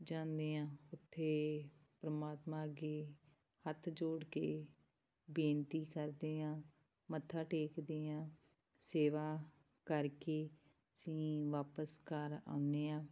ਜਾਂਦੇ ਹਾਂ ਉੱਥੇ ਪਰਮਾਤਮਾ ਅੱਗੇ ਹੱਥ ਜੋੜ ਕੇ ਬੇਨਤੀ ਕਰਦੇ ਹਾਂ ਮੱਥਾ ਟੇਕਦੇ ਹਾਂ ਸੇਵਾ ਕਰਕੇ ਅਸੀਂ ਵਾਪਿਸ ਘਰ ਆਉਂਦੇ ਹਾਂ